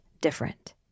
different